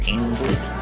English